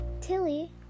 Tilly